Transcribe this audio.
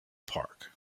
park